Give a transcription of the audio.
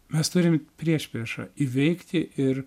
mes turim priešpriešą įveikti ir